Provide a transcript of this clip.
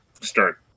start